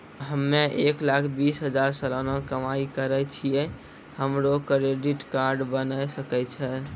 हम्मय एक लाख बीस हजार सलाना कमाई करे छियै, हमरो क्रेडिट कार्ड बने सकय छै?